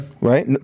Right